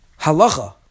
halacha